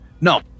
No